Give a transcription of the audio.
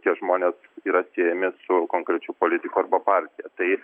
tie žmonės yra siejami su konkrečiu politiku arba partija tai